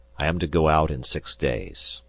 i am to go out in six days.